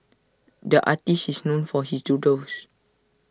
the artist is known for his doodles